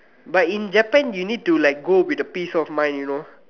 but in Japan you need to like go with a peace of mind you know